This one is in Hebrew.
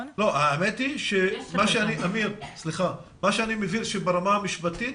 אני מבין שברמה המשפטית,